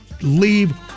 leave